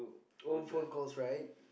old phone calls right